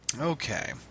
Okay